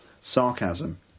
Sarcasm